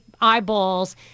eyeballs